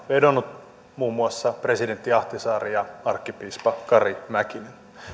vedonneet muun muassa presidentti ahtisaari ja arkkipiispa kari mäkinen